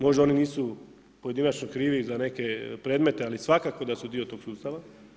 Možda oni nisu pojedinačno krivi za neke predmete, ali svakako da su dio tog sustava.